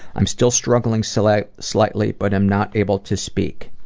i'm still struggling slightly slightly but am not able to speak.